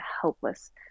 helpless